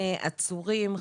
עצורים,